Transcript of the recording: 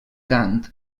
cant